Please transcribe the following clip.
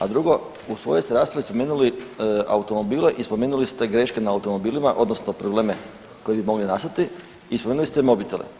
A drugo u svojoj ste raspravi spomenuli automobile i spomenuli ste greške na automobilima odnosno probleme koji bi mogli nastati i spomenuli ste mobitele.